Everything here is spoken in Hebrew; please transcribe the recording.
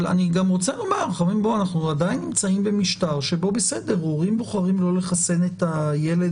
אנחנו עדיין נמצאים במשטר שבו הורים בוחרים לא לחסן את הילדים